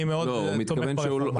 אני מאוד תומך ברפורמה.